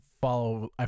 follow